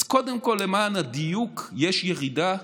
אז קודם כול, למען הדיוק, יש ירידה משמעותית,